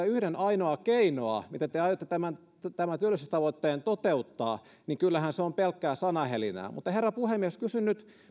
yhden ainoaa keinoa miten te aiotte tämän tämän työllisyystavoitteen toteuttaa niin kyllähän se on pelkkää sanahelinää mutta herra puhemies kysyn nyt